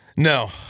No